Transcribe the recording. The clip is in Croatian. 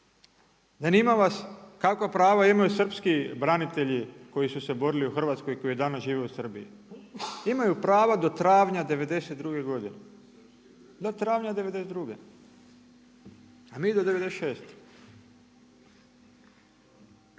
Zanima vas kakva prava imaju srpski branitelji koji su se borili u Hrvatskoj i koji danas žive u Srbiji? Imaju prava do travnja '92. godine, do travnja '92. a mi do '96.